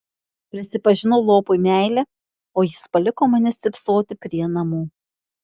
prisipažinau lopui meilę o jis paliko mane stypsoti prie namų